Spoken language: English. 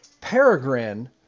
Peregrine